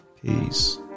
Peace